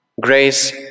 grace